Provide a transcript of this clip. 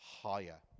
higher